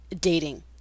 dating